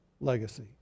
legacy